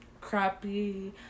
crappy